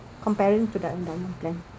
comparing to the endowment plan